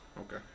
Okay